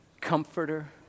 comforter